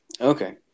Okay